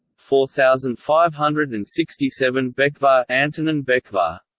four thousand five hundred and sixty seven becvar and and and becvar